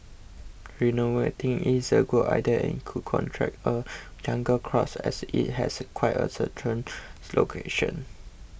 renovating it's a good idea and it could attract a younger crowd as it has quite a central location